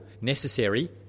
necessary